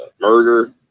murder